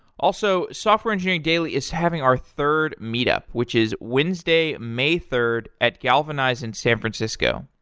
also, software engineering daily is having our third meet up, which is wednesday, may third at galvanize in san francisco.